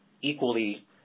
equally